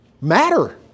matter